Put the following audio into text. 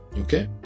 okay